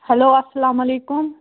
hello اسلام وعلیکُم